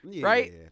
Right